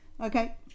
Okay